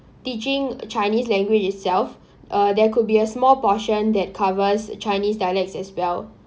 teaching chinese language itself uh there could be a small portion that covers chinese dialects as well